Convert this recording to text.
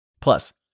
Plus